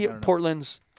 Portland's